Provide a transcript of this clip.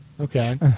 Okay